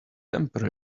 temper